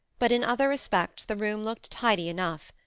but in other respects the room looked tidy enough.